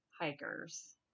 hikers